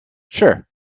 sure